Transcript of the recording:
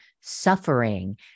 suffering